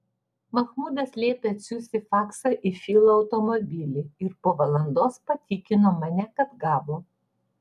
mahmudas liepė atsiųsti faksą į filo automobilį ir po valandos patikino mane kad gavo